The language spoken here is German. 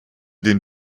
den